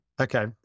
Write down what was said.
Okay